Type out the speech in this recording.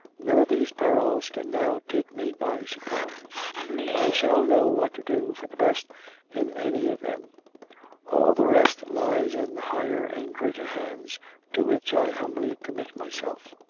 none of these perils can now take me by surprise i shall know what to do for the best in any of them all the rest lies in the higher and greater hands to which i humbly commit myself.